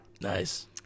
Nice